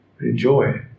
Enjoy